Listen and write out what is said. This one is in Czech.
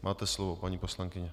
Máte slovo, paní poslankyně.